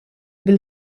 bil